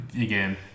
again